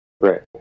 Right